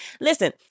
Listen